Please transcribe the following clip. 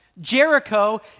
Jericho